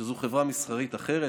שזו חברה מסחרית אחרת,